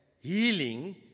healing